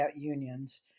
unions